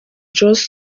joss